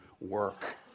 work